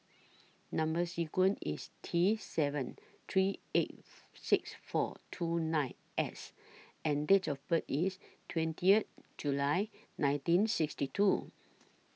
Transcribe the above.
Number sequence IS T seven three eight six four two nine S and Date of birth IS twentieth July nineteen sixty two